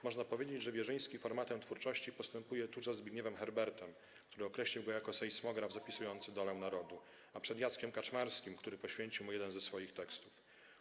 Można powiedzieć, że Wierzyński formatem twórczości jest tuż za Zbigniewem Herbertem, który określił go jako sejsmograf zapisujący dolę narodu, a przed Jackiem Kaczmarskim, który poświęcił mu jeden ze swoich tekstów.